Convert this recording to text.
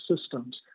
systems